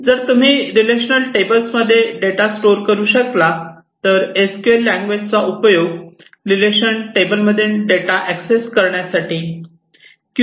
जर तुम्ही रिलेशनल टेबल्समध्ये डेटा स्टोअर करू शकला तर एस क्यू एल लॅंग्वेज चा उपयोग रिलेशनल टेबल्स मधील डेटा एक्सेस करण्यासाठी क्यूरी करण्यासाठी होतो